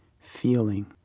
feeling